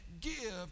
give